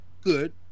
Good